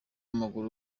w’amaguru